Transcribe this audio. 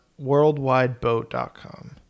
worldwideboat.com